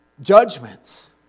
judgments